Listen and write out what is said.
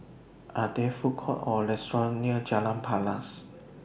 Are There Food Courts Or restaurants near Jalan Paras